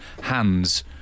hands